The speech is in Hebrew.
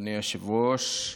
אדוני היושב-ראש.